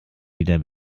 wieder